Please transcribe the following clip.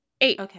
eight